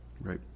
Right